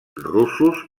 russos